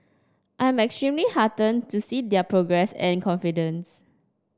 I am extremely heartened to see their progress and confidence